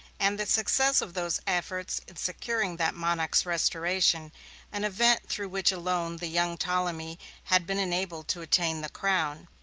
and the success of those efforts in securing that monarch's restoration an event through which alone the young ptolemy had been enabled to attain the crown.